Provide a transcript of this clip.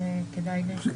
כדאי.